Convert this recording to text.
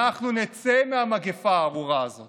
אנחנו נצא מהמגפה הארורה הזו